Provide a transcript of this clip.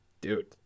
dude